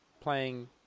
playing